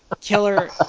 Killer